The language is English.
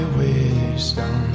wisdom